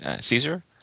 Caesar